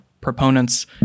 proponents